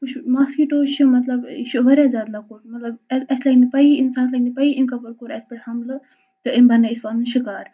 وُچھ مسکِٹو چھِ مطلَب یہِ چھُ واریاہ زیاد لۄکُٹ مطلب اَسہِ لگہِ نہٕ پیی اِنسانس لگہِ نہٕ پیی امۍ کپٲرۍ کوٚر اَسہِ پٮ۪ٹھ حملہٕ تہٕ امۍ بَنٲۍ أسۍ پنُن شٕکار